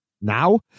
now